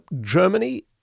Germany